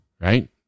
right